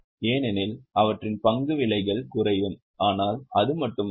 ஏனெனில் அவற்றின் பங்கு விலைகள் குறையும் ஆனால் அது மட்டும் அல்ல